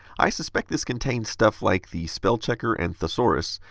i suspect this contains stuff like the spell-checker and thesaurus.